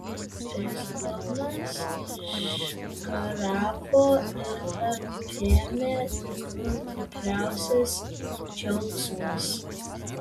irzlumas išgaravo ir apėmė tikrų tikriausias džiaugsmas